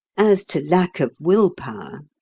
as to lack of will-power,